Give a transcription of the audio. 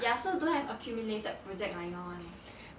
ya so don't have accumulated project like your [one] eh